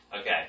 Okay